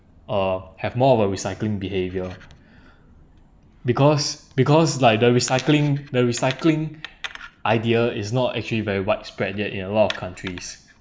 uh have more of a recycling behaviour because because like the recycling the recycling idea is not actually very widespread yet in a lot of countries